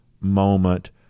moment